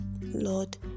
Lord